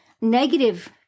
negative